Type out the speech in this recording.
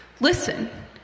Listen